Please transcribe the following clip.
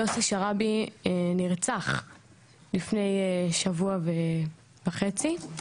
יוסי שרעבי נרצח לפני שבוע וחצי,